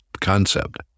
concept